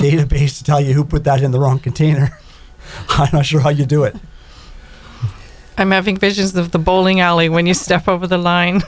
database to tell you who put that in the wrong container not sure how you do it i'm having visions of the bowling alley when you step over the line